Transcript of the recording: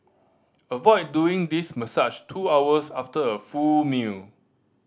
avoid doing this massage two hours after a full meal